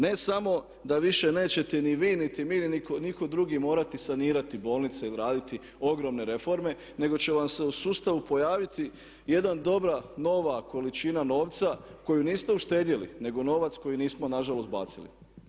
Ne samo da više nećete ni vi, niti mi, niti nitko drugi morati sanirati bolnice ili raditi ogromne reforme nego će vam se u sustavu pojaviti jedna dobra nova količina novca koju niste uštedjeli, nego novac koji nismo nažalost bacili.